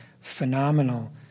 phenomenal